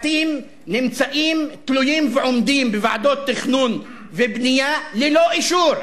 בתים נמצאים תלויים ועומדים בוועדות תכנון ובנייה ללא אישור.